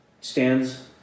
Stands